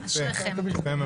אשריכם.